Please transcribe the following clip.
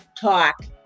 talk